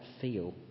feel